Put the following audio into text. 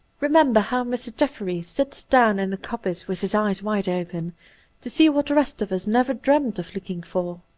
remember how mr. jefferies sits down in a coppice with his eyes wide open to see what the rest of us never dreamed of looking for.